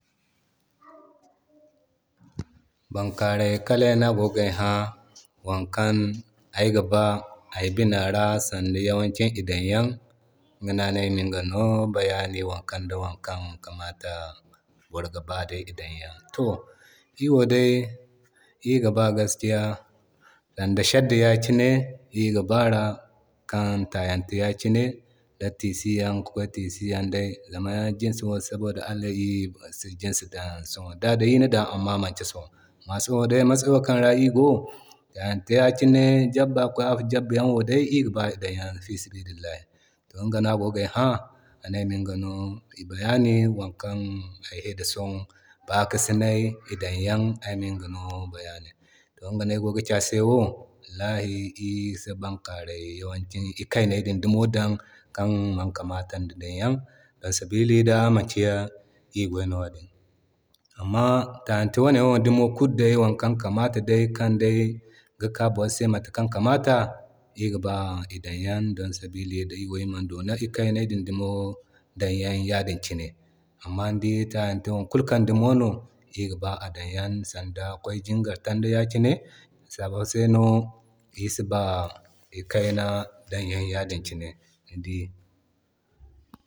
Bankarey kalay no agogi ay ha wo kan ay ga ba ay bina ra sanda yakine i dan a yaŋ. Iŋga no ane ayma iga no bayani wokan da wokan kamata boro ga ba i dan yaŋ. To iri wo day iri ga ba gaskiya sanda shadda yaŋ kine iri ga bara kan Yaŋ taayan te yan ki ne da tiisi Yan da ki kway tiisi yan yakine. Zama jinsi yan yo saboda da Da day iri na dan amma manti Sõhõ. Amma Sõhõ day matsayo kan ra iri go taayan te ya ki ne jabba ki kway hal jabbe Yaŋ wo iri ga ba i dan Yan fisibilillahi. To iga no a gogay ha ane ayminga no i bayano wokan hayay ga soho Baki sinay i danyan. To iŋga no ay go ga ci ase wo wallahi iri si bankarey yawanci i kaynay din dumo dan kan man kamatan di danyan, don sabili da manki iri wanno wadin. Amma taayante wane Yan wo dumo wakan kamata day kan day kika boro se Mata kan kamata iri ga ba a dayan don sabili da iri wo man doni i kayney wo danyan ya din ki ne. Amma ni di taayante wo kulkan dumo no iri ga ba i dan yan sanda ki kway jingaratanda yaki ne, a sabbay se no iri si ba i kayna dan yan yadin kine ni dii